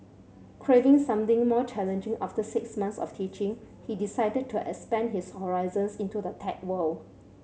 craving something more challenging after six months of teaching he decided to expand his horizons into the tech world